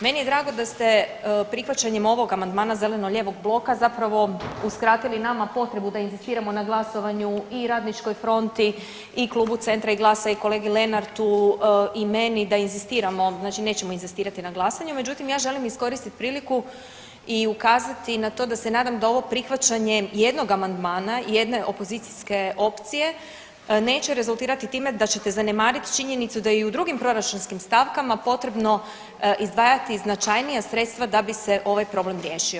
Meni je drago da ste prihvaćanjem ovog amandmana zeleno-lijevog bloka zapravo uskratili nama potrebu da inzistiramo na glasovanju i Radničkoj fronti i Klubu Centra i GLAS-a i kolegi Lenartu i meni da inzistiramo, znači nećemo inzistirati na glasanju, međutim, ja želim iskoristiti priliku i ukazati na to da se nadam da ovo prihvaćanje jednog amandmana jedne opozicijske opcije neće rezultirati time da ćete zanemariti činjenicu da i u drugim proračunskim stavkama potrebno izdvajati značajnija sredstva da bi se ovaj problem riješio.